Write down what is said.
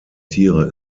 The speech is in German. tiere